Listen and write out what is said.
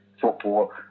football